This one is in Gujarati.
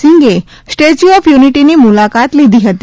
સિંઘે સ્ટેચ્યુ ઓફ યુનિટીની મુલાકાત લીધી હતી